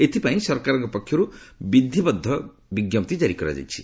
ଏଥିପାଇଁ ସରକାରଙ୍କ ପକ୍ଷରୁ ଏକ ବିଞ୍ଜପ୍ତି ଜାରି କରାଯାଇଛି